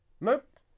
nope